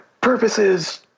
purposes